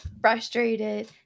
frustrated